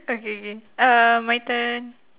okay K uh my turn